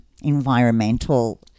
environmental